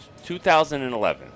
2011